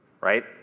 Right